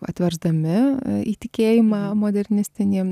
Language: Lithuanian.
atversdami į tikėjimą modernistinį